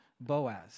Boaz